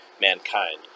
mankind